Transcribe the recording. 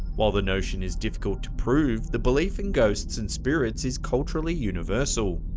while the notion is difficult to prove, the belief in ghosts and spirits is culturally universal.